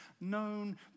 known